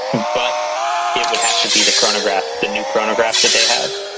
but it would have to be the chronograph the new coronagraph that they have